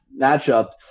matchup